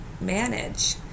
manage